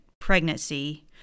pregnancy